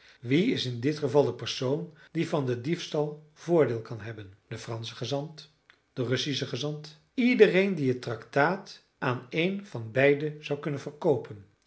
wie is in dit geval de persoon die van den diefstal voordeel kan hebben de fransche gezant de russische gezant iedereen die het tractaat aan een van beiden zou kunnen verkoopen